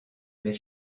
des